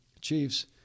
Chiefs